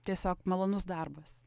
tiesiog malonus darbas